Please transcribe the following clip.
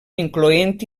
incloent